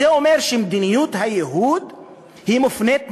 זה אומר שמדיניות הייהוד מופנית נגדי.